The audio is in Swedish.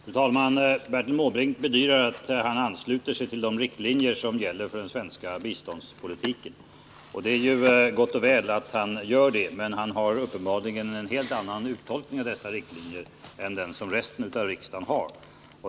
Fru talman! Bertil Måbrink bedyrar att han ansluter sig till de riktlinjer som gäller för den svenska biståndspolitiken. Det är gott och väl att han gör det, men han har uppenbarligen en helt annan uttolkning av dessa än resten av riksdagen har.